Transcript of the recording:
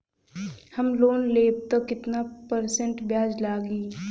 हम लोन लेब त कितना परसेंट ब्याज लागी?